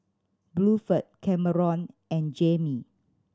Bluford Kameron and Jayme